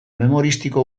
memoristiko